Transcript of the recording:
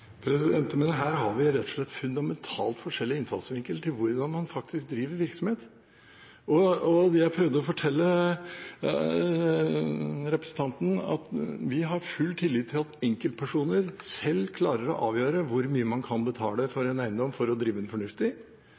Her har vi rett og slett fundamentalt forskjellig innfallsvinkel til hvordan man driver en virksomhet. Jeg prøvde å fortelle representanten at vi har full tillit til at enkeltpersoner selv klarer å avgjøre hvor mye man kan betale for en eiendom for å kunne drive den fornuftig.